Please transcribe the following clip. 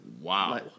Wow